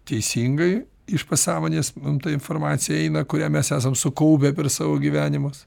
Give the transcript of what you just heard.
teisingai iš pasąmonės mum ta informacija eina kurią mes esam sukaupę per savo gyvenimus